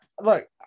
look